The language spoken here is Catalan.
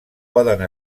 poden